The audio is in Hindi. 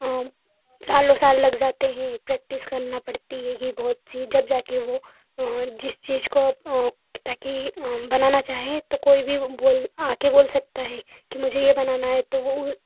सालों साल लग जाते हैं प्रैक्टिस करना पड़ती हैगी बहुत सी जब जाके वो जिस चीज़ को ताकि बनाना चाहें तो कोई भी बोल आके बोल सकता है कि मुझे ये बनाना है तो वो उ